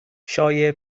شایعه